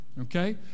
Okay